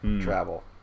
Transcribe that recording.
travel